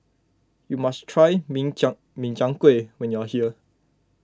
you must try Min Chiang Chiang Kueh when you are here